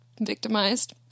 victimized